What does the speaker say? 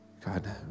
God